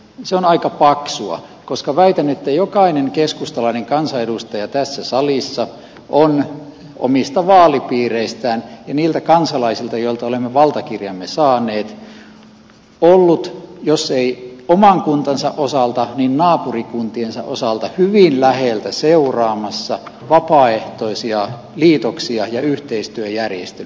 se on aika paksua koska väitän että jokainen keskustalainen kansanedustaja tässä salissa on omista vaalipiireistään ja niiltä kansalaisilta joilta olemme valtakirjamme saaneet ollut jos ei oman kuntansa osalta niin naapurikuntiensa osalta hyvin läheltä seuraamassa vapaaehtoisia liitoksia ja yhteistyöjärjestelyjä